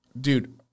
Dude